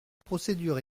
procédure